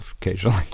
occasionally